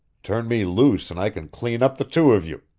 turn me loose and i can clean up the two of you!